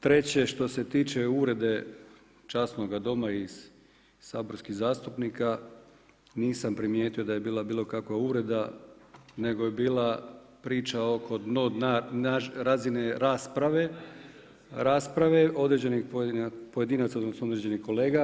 Treće što se tiče uvrede časnoga Doma i saborskih zastupnika nisam primijetio da je bila bilo kakva uvreda, nego je bila priča oko dno dna razine rasprave određenih pojedinaca, odnosno određenih kolega.